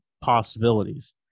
possibilities